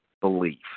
belief